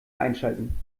einschalten